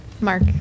Mark